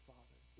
Father